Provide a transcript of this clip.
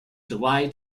july